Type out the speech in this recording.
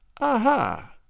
Aha